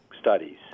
studies